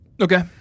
Okay